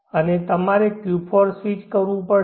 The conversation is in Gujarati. અને તમારે Q4 સ્વિચ કરવું પડશે